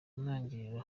ntangiriro